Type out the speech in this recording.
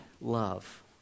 Love